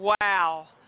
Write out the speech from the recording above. Wow